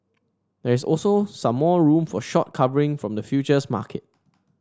there is also some more room from short covering from the futures market